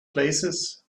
places